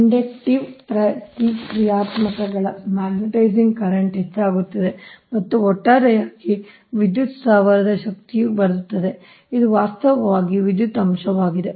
inductive ಪ್ರತಿಕ್ರಿಯಾತ್ಮಕತೆಗಳ magnetising current ಹೆಚ್ಚಾಗುತ್ತದೆ ಮತ್ತು ಒಟ್ಟಾರೆಯಾಗಿ ವಿದ್ಯುತ್ ಸ್ಥಾವರದ ಶಕ್ತಿಯು ಬರುತ್ತದೆ ಇದು ವಾಸ್ತವವಾಗಿ ವಿದ್ಯುತ್ ಅಂಶವಾಗಿದೆ